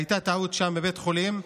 הייתה טעות שם בבית החולים,